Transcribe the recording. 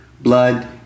blood